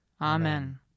Amen